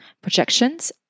projections